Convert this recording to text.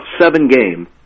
seven-game